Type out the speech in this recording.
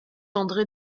andré